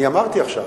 אני אמרתי עכשיו,